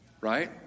right